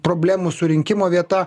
problemų surinkimo vieta